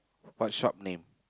what shop name